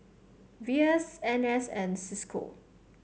V S N S and Cisco